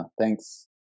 thanks